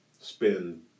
spend